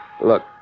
Look